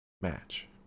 match